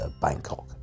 Bangkok